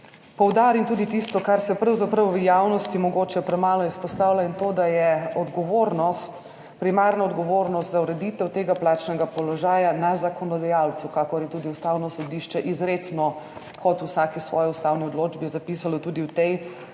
poudarim tudi tisto, kar se pravzaprav v javnosti mogoče premalo izpostavlja, in sicer, da je odgovornost, primarna odgovornost za ureditev tega plačnega položaja na zakonodajalcu, kakor je tudi Ustavno sodišče izrecno zapisalo, kot v vsaki svoji ustavni odločbi, tudi v tej,